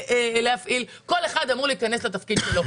להפעיל וכל אחד אמור להיכנס לתפקיד שלו.